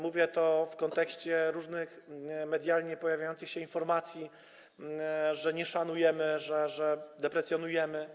Mówię to w kontekście różnych medialnie pojawiających się informacji, że nie szanujemy, że deprecjonujemy.